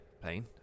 plane